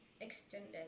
extended